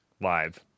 live